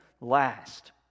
last